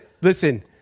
Listen